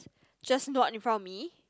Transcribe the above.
just not in front of me